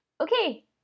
okay